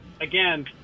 again